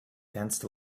danced